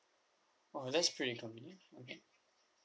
oh that's pretty convenient okay